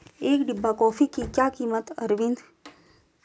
एक डिब्बा कॉफी की क्या कीमत है अरविंद?